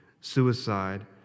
suicide